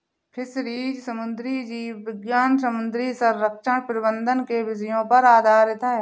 fisheries समुद्री जीव विज्ञान समुद्री संरक्षण प्रबंधन के विषयों पर आधारित है